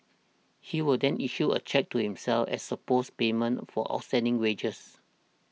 he will then issue a cheque to himself as supposed payment for outstanding wages